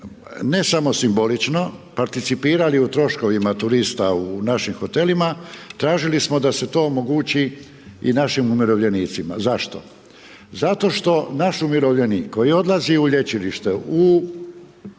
ne samo simbolično participirali u troškovima turista u našim hotelima, tražili smo da se to omogući i našim umirovljenicima. Zašto? Zato što naši umirovljenik koji odlazi u lječilište, u